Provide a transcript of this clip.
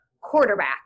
quarterback